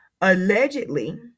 Allegedly